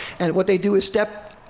and what they do is step,